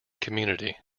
community